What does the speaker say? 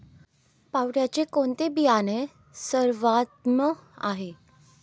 पावट्याचे कोणते बियाणे सर्वोत्तम आहे?